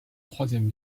troisième